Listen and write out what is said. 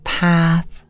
path